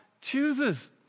chooses